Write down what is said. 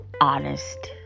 honest